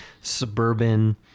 suburban